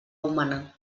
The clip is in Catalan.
humana